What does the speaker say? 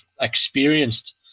experienced